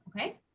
Okay